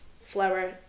flour